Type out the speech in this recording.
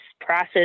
process